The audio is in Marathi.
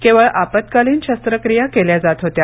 केवळ आपत्कालीन शस्त्रक्रिया केल्या जात होत्या